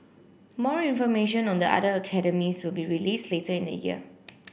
more information on the other academies will be released later in the year